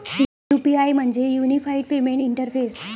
UPI म्हणजे unified payment interface